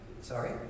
Sorry